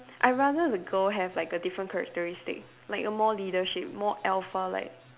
I rather the girl have like a different characteristic like a more leadership more alpha like